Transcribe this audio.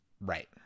Right